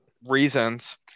reasons